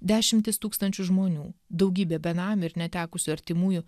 dešimtys tūkstančių žmonių daugybė benamių ir netekusių artimųjų